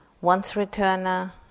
once-returner